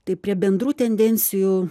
tai prie bendrų tendencijų